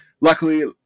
luckily